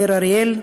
מאיר אריאל,